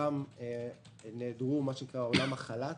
גם עולם החל"ת,